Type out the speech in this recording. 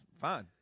fine